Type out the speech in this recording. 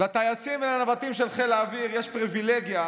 לטייסים ולנווטים של חיל האוויר יש פריבילגיה